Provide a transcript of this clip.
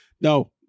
No